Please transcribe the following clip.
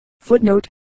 footnote